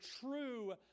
true